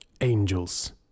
Angels